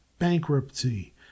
bankruptcy